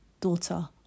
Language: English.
daughter